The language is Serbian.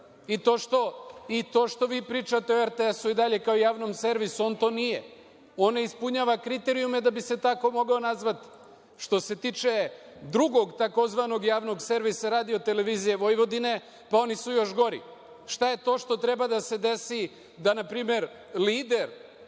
I to što vi pričate o RTS i dalje, kao o javnom servisu, on to nije. On ne ispunjava kriterijume da bi se tako mogao nazvati. Što se tiče drugog tzv. javnog servisa RTV, oni su još gori. Šta je to što treba da se desi da npr. lider